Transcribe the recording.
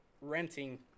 renting